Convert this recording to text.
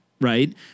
right